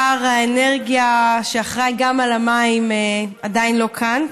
שר האנרגיה שאחראי גם למים, עדיין לא כאן.